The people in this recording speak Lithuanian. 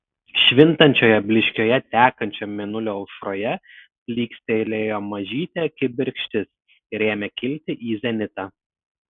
švintančioje blyškioje tekančio mėnulio aušroje plykstelėjo mažytė kibirkštis ir ėmė kilti į zenitą